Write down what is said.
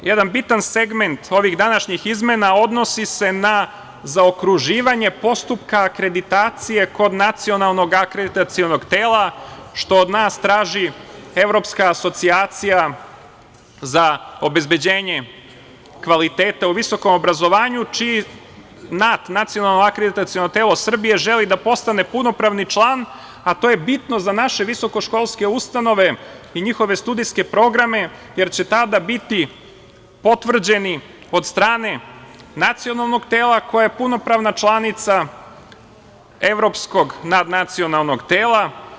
Jedan bitan segment ovih današnjih izmena odnosi se na zaokruživanje postupka akreditacije kod nacionalnog akreditacionog tela, što od nas traži Evropska asocijacija za obezbeđenje kvaliteta u visokom obrazovanju, čiji Nacionalno akreditaciono telo Srbije želi da postane punopravni član, a to je bitno za naše visoko školske ustanove i njihove studijske programe, jer će tada biti potvrđeni od strane nacionalnog tela koje je punopravna članica Evropskog nacionalnog tela.